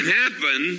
happen